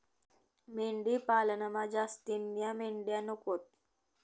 मेंढी पालनमा जास्तीन्या मेंढ्या नकोत